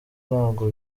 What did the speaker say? ntabwo